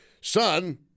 son